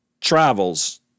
travels